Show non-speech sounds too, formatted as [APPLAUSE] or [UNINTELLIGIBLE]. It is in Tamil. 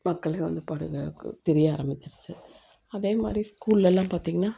மக்களுக்கு வந்து [UNINTELLIGIBLE] தெரிய ஆரம்பிச்சிருச்சு அதேமாதிரி ஸ்கூல்லலாம் பார்த்திங்கனா